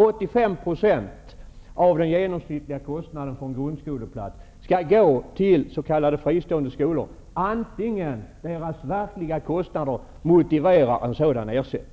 85 % av den genomsnittliga kostnaden för en grundskoleplats skall gå till s.k. fristående skolor oavsett om deras verkliga kostnader motiverar en sådan ersättning.